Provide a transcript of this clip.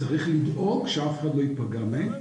צריך לדאוג שאף אחד לא ייפגע מהם.